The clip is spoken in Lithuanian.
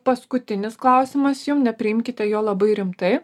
paskutinis klausimas jum nepriimkite jo labai rimtai